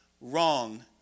wrong